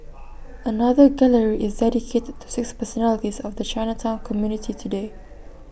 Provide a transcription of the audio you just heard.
another gallery is dedicated to six personalities of the Chinatown community today